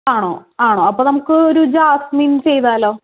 ആണോ ആണോ അപ്പോൾ നമുക്ക് ഒരു ജാസ്മിൻ ചെയ്താലോ